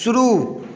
शुरू